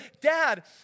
dad